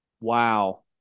Wow